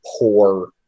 poor